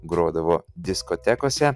grodavo diskotekose